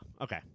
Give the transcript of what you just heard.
okay